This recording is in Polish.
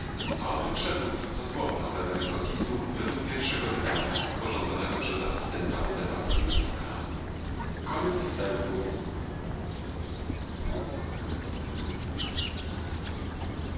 a oto przedruk dosłowny owego rękopisu według pierwszego wydania sporządzonego przez asystenta obserwatorium w k